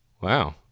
Wow